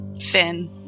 Finn